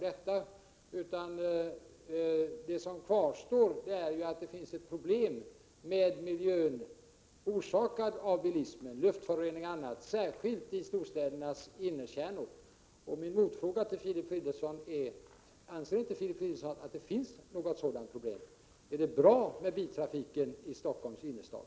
Faktum kvarstår att bilismen förorsakar miljöproblem, luftföroreningar o. d., särskilt i storstädernas innerkärnor. Mina motfrågor till Filip Fridolfsson är: Anser Filip Fridolfsson att det inte finns sådana problem? Är det bra med biltrafiken i Stockholms innerstad?